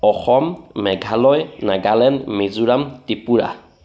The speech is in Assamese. অসম মেঘালয় নাগালেণ্ড মিজোৰাম ত্ৰিপুৰা